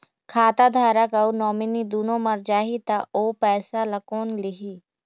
खाता धारक अऊ नोमिनि दुनों मर जाही ता ओ पैसा ला कोन लिही?